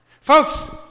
Folks